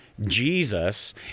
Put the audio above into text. Jesus